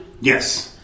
Yes